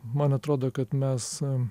man atrodo kad mes